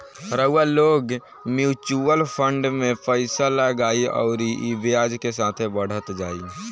रउआ लोग mutual fund मे पइसा लगाई अउरी ई ब्याज के साथे बढ़त जाई